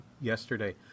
yesterday